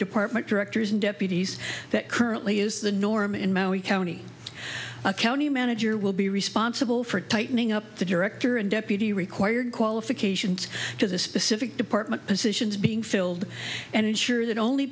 department directors and deputies that currently is the norm in maui county a county manager will be responsible for tightening up the director and deputy required qualifications to the specific department positions being filled and ensure that only